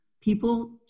people